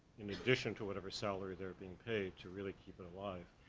in addition to whatever salary they're being paid to really keep it alive.